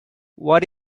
what